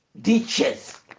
ditches